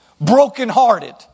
brokenhearted